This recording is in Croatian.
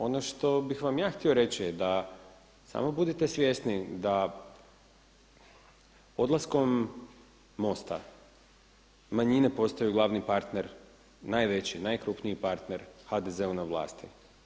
Ono što bih vam ja htio reći je da, samo budite svjesni da odlaskom MOST-a manjine postaju glavni partner najveći, najkrupniji partner HDZ-u na vlasti.